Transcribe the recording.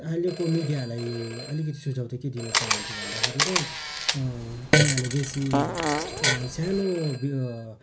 अहिलेको मिडियाहरूलाई अलिकति सुझाउ चाहिँ के दिन चाहन्छु भन्दाखेरि तै तिनीहरूले बेसी सानो यो